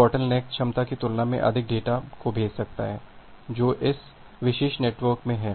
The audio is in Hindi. बोटलनेक क्षमता की तुलना में अधिक डेटा को भेज सकता है जो इस विशेष नेटवर्क में है